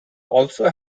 also